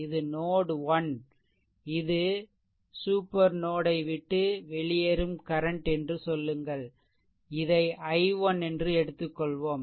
இது நோட் 1 இது super note ஐ விட்டு வெளியேறும் கரண்ட் என்றும் சொல்லுங்கள் இதை I1என்று எடுத்துக்கொள்வோம்